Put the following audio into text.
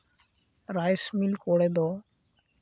rice mill ᱠᱚᱨᱮ ᱫᱚ